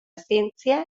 zientzia